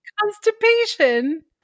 constipation